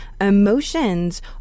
emotions